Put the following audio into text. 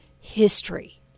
history